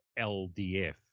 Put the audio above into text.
ldf